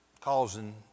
causing